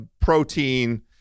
protein